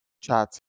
chat